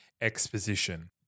exposition